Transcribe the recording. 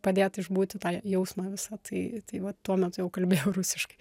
padėt išbūti tą jausmą visą tai tai va tuo metu jau kalbėjau rusiškai